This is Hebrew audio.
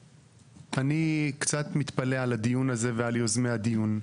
אני קצת מתפלא על הדיון הזה ועל יוזמי הדיון.